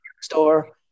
store